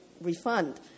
refund